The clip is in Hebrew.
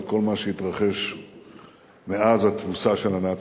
ואת כל מה שהתרחש מאז התבוסה של הנאצים.